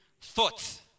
thoughts